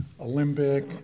Olympic